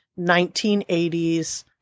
1980s